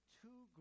two